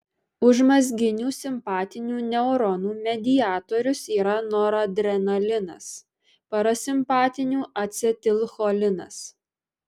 užmazginių simpatinių neuronų mediatorius yra noradrenalinas parasimpatinių acetilcholinas